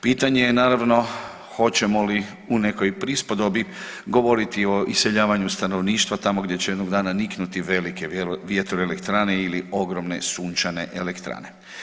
Pitanje je naravno hoćemo li u nekoj prispodobi govoriti o iseljavanju stanovništva tamo gdje jednog dana niknuti velike vjetroelektrane ili ogromne sunčane elektrane.